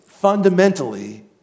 Fundamentally